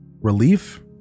Relief